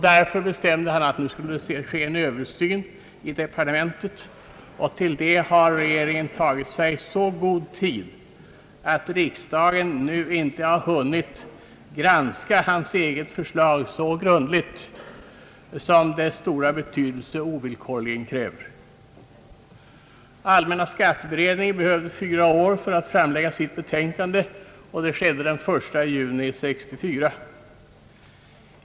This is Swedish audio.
Därför bestämde han att det skulle ske en översyn i departementet, och till den har regeringen tagit sig så god tid, att riksdagen fördenskull inte har kunnat granska förslaget så grundligt som dess stora betydelse ovillkorligen kräver. Allmänna skatteberedningen behövde fyra år för att lägga fram sitt betänkande, vilket skedde den 1 juni 1964.